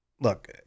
look